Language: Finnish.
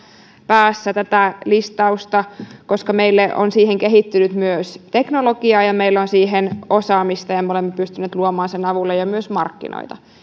päässä tätä listausta koska meille on siihen kehittynyt myös teknologia ja meillä on siihen osaamista ja me olemme pystyneet luomaan sen avulla jo myös markkinoita ja